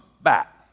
back